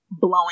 blowing